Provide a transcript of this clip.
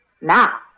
Now